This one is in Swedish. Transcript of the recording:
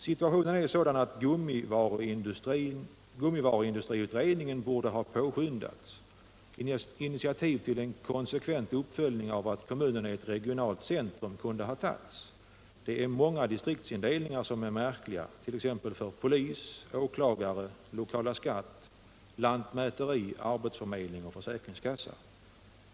Situationen är sådan att gummivaruindustriutredningen borde ha påskyndats. Initiativ till en konsekvent uppföljning av det faktum att kommunen är ett regionalt centrum kunde ha tagits. Det är många distriktsindelningar som är märkliga, t.ex. för polis, åklagare, lokala skattemyndigheten, lantmäteri, arbetsförmedling och försäkringskassa.